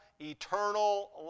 eternal